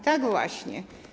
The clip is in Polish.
Tak właśnie.